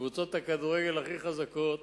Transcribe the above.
קבוצות הכדורגל הכי חזקות,